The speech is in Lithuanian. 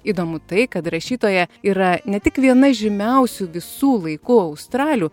įdomu tai kad rašytoja yra ne tik viena žymiausių visų laikų australių